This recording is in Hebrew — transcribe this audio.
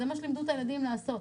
זה מה שלימדו את הילדים לעשות.